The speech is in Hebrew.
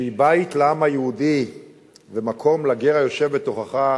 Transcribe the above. שהיא בית לעם היהודי ומקום לגר היושב בתוכך,